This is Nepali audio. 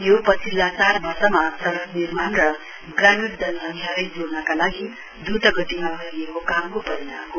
यो पछिल्ला चार वर्षमा सड़क निर्माण र ग्रामीण जनसंख्यालाई जोड़नका लागि द्रत गतिमा गरिएको कामको परिणाम हो